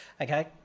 okay